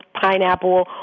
pineapple